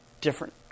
Different